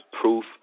proof